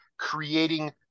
creating